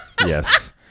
Yes